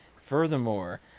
furthermore